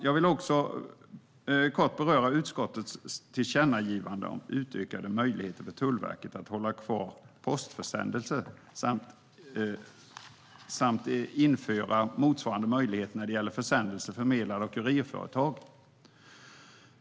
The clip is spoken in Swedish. Jag vill också kort beröra utskottets tillkännagivande om utökade möjligheter för Tullverket att hålla kvar postförsändelser samt införa motsvarande möjlighet när det gäller försändelser förmedlade av kurirföretag.